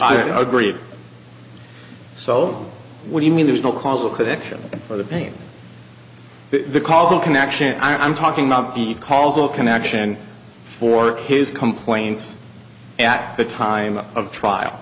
i agree so what do you mean there's no causal connection for the pain the calls the connection i'm talking about the calls all connection for his complaints at the time of trial